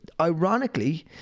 Ironically